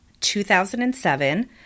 2007